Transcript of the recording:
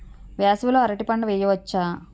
వేసవి లో అరటి పంట వెయ్యొచ్చా?